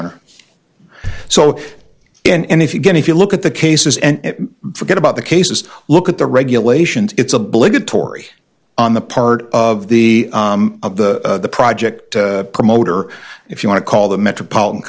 honor so and if you get if you look at the cases and forget about the cases look at the regulations it's obligatory on the part of the of the project promoter if you want to call the metropolitan